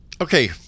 Okay